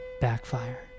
backfire